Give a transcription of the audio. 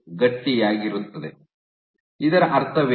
ಇದರ ಅರ್ಥವೇನು